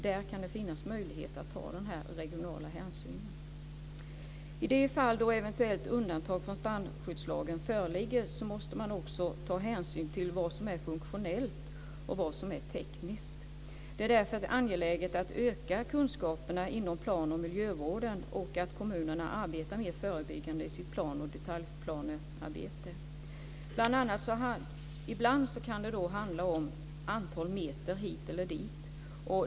Där kan det finnas möjlighet att ta den regionala hänsynen. I de fall då eventuellt undantag från strandskyddslagen föreligger så måste man också ta hänsyn till vad som är funktionellt och vad som är tekniskt. Det är därför angeläget att öka kunskaperna inom plan och miljövården och att kommunerna arbetar mer förebyggande i sitt plan och detaljplanarbete. Ibland kan det handla om antal meter hit eller dit.